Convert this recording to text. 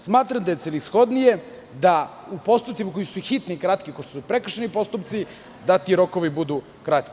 Smatram da je celishodnije da u postupcima koji su hitni i kratki, kao što su prekršajni postupci, rokovi budu kratki.